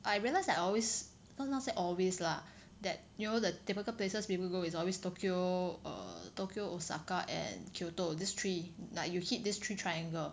I realise that I always well not say always lah that you know the typical places that we go is always Tokyo err Tokyo Osaka and Kyoto this three like you hit this three triangle